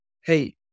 Hey